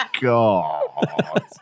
God